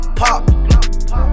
pop